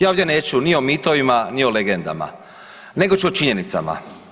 Ja ovdje neću ni o mitovima, ni o legendama, nego ću o činjenicama.